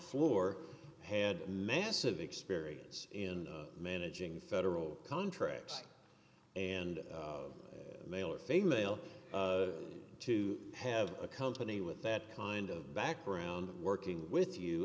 floor had massive experience in managing federal contracts and male or female to have a company with that kind of background working with you